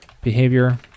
behavior